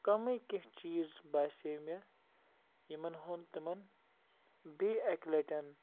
کَمٕے کیٚنٛہہ چیٖز باسے مےٚ یِمَن ہُنٛد تِمَن بیٚیہِ اَکہِ لَٹٮ۪ن